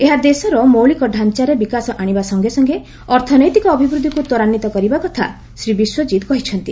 ଏହା ଦେଶର ମୌଳିକ ଡ଼ାଞ୍ଚାରେ ବିକାଶ ଆଶିବା ସଙ୍ଗେ ସଙ୍ଗେ ଅର୍ଥନୈତିକ ଅଭିବୃଦ୍ଧିକୁ ତ୍ୱରାନ୍ଧିତ କରିବା କଥା ଶ୍ରୀ ବିଶ୍ୱଜିତ୍ କହିଛନ୍ତି